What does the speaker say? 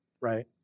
right